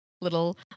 little